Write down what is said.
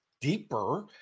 deeper